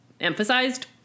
emphasized